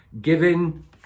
Giving